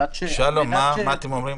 שלום, מה אתם אומרים?